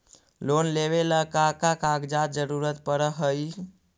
Loan लेवेला का का कागजात जरूरत पड़ हइ?